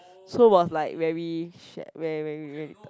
so was like very shag very very very